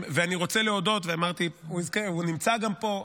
אני רוצה להודות, הוא גם נמצא פה,